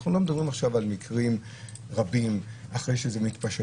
אנחנו לא מדברים עכשיו על מקרים רבים אחרי שזה מתפשט,